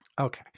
Okay